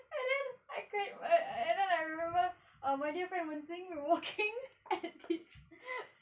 and then I and then I remember ah my dear friend wen xing were walking at this